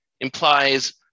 implies